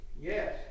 Yes